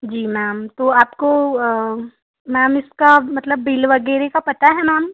जी ma'am तो आपको ma'am इसका मतलब बिल वग़ैरह का पता है मैम